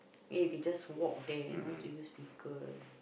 then we can just walk there no need to use speaker